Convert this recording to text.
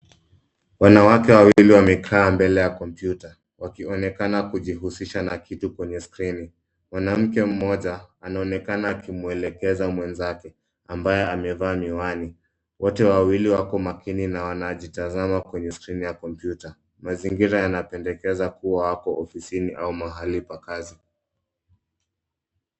Wanawake wawili wamekaa mbele ya kompyuta wakionekana kujihusisha na kitu kwenye skrini. Mwanamke mmoja anaonekana akimwelekeza mwenzake ambaye amevaa miwani. Wote wawili wako makini na wanajitazama kwenye skrini ya kompyuta. Mazingira yanapendekeza kuwa wako ofisini au mahali pa kazi.